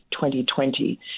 2020